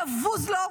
לבוז לו,